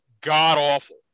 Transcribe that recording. god-awful